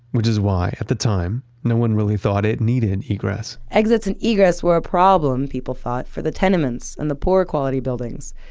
which is why at that time no one really thought it needed egress exits and egress were problem, people thought for the tenements and the poorer quality buildings.